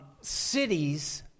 Cities